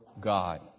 God